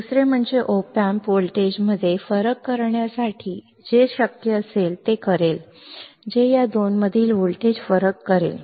दुसरे म्हणजे op amp व्होल्टेजमध्ये फरक करण्यासाठी जे शक्य असेल ते करेल जे या दोनमधील व्होल्टेज फरक करेल